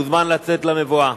מוזמן לצאת למבואה.